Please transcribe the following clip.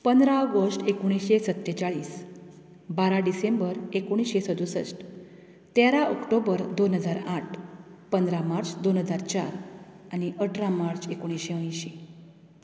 पंदरा ऑगस्ट एकुणशें सत्तेचाळीस बारा डिसेंबर एकुणशें सदुसश्ट तेरा ऑक्टोबर दोन हजार आठ पंदरा मार्च दोन हजार चार आनी अठरा मार्च एकुणशें अयशीं